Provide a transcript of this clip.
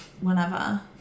whenever